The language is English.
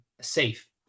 safe